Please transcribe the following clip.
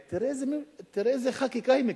ותראה איזה חקיקה היא מקדמת,